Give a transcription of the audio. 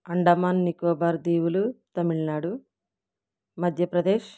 అండమాన్ నికోబార్ దీవులు తమిళనాడు మధ్యప్రదేశ్